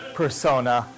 persona